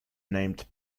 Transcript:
named